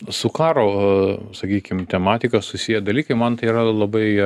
su karo sakykim tematika susiję dalykai man tai yra labai